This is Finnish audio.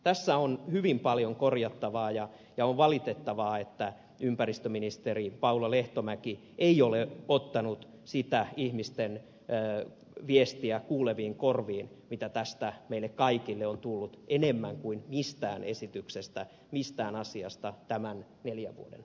tässä on hyvin paljon korjattavaa ja on valitettavaa että ympäristöministeri paula lehtomäki ei ole ottanut kuuleviin korviin sitä ihmisten viestiä mitä tästä meille kaikille on tullut enemmän kuin mistään esityksestä mistään asiasta näiden neljän vuoden aikana